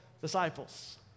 disciples